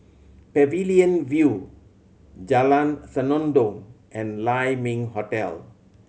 Pavilion View Jalan Senandong and Lai Ming Hotel